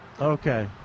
Okay